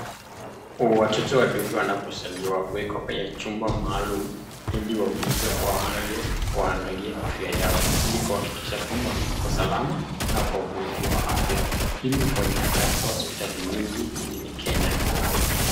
Watoto wadogo wanapozaliwa huwekwa kwenye chumba maalum ili wauguzi waangalie wanagalie afya yao ili kuhakikisha ya kwamba wako salama, na wako buheri wa afya. Hili hufanyika katika hospitali mingi mjini Kenya.